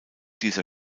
dieser